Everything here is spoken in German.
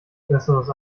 besseres